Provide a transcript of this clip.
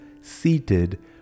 seated